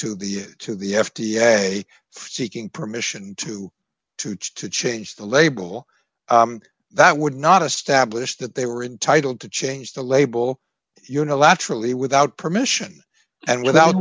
to the to the f d a seeking permission to to change the label that would not establish that they were entitled to change the label unilaterally without permission and without